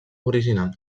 original